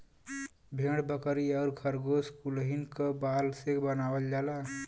भेड़ बकरी आउर खरगोस कुलहीन क बाल से बनावल जाला